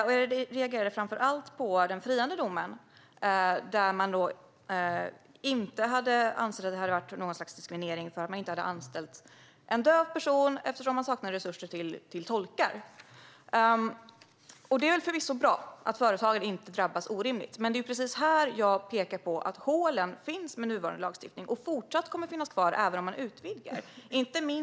Vad jag framför allt reagerade på var den friande domen, där det inte ansågs att det hade varit något slags diskriminering att man inte hade anställt en döv person eftersom man saknade resurser till tolkar. Det är förvisso bra att företagen inte drabbas orimligt. Men det är här hålen finns med nuvarande lagstiftning, och de kommer att finnas kvar även om man utvidgar lagen.